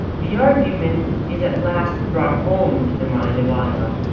the argument is at last brought home to the mind of ion,